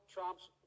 Trump's